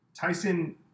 Tyson